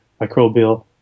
microbial